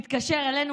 מתקשר אלינו,